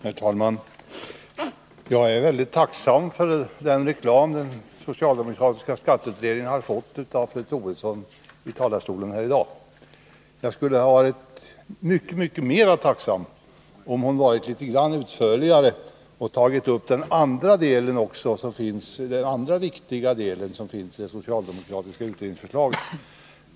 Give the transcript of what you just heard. Herr talman! Jag är väldigt tacksam för den reklam som den socialdemokratiska skatteutredningen har fått av fru Troedsson här i talarstolen i dag. Jag skulle ha varit mycket mera tacksam om hon varit litet mera utförlig och tagit upp också den andra viktiga delen i det socialdemokratiska utredningsförslaget.